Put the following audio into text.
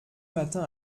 matin